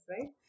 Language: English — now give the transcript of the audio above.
right